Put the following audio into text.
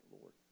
Lord